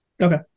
Okay